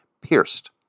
pierced